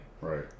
Right